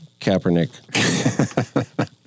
Kaepernick